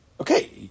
Okay